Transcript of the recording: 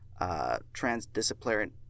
transdisciplinary